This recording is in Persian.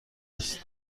است